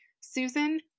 Susan